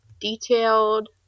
detailed